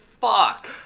fuck